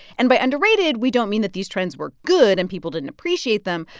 and by underrated, we don't mean that these trends were good and people didn't appreciate them,